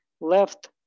left